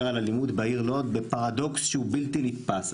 על אלימות בעיר לוד בפרדוקס שהוא בלתי נתפס.